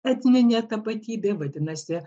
etninė tapatybė vadinasi